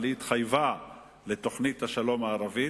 אבל היא התחייבה לתוכנית השלום הערבית.